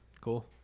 cool